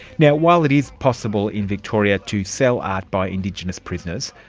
yeah while it is possible in victoria to sell art by indigenous prisoners,